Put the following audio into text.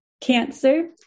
cancer